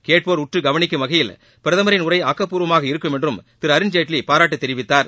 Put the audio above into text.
கேட்போர் உற்று கவனிக்கும் வகையில் பிரதமரின் உரை ஆக்கப்பூர்வமாக இருக்கும் என்றும் திரு அருண்ஜேட்லி பாராட்டு தெரிவித்தார்